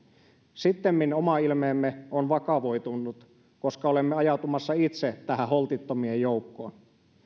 sittemmin oma ilmeemme on vakavoitunut koska olemme ajautumassa itse tähän holtittomien joukkoon